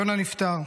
יונה נפטר.